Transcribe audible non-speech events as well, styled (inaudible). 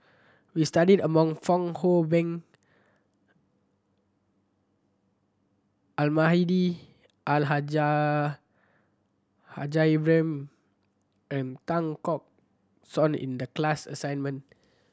we studied (unintelligible) Fong Hoe Beng Almahdi Al Haj (unintelligible) Ibrahim and Tan Keong Choon in the class assignment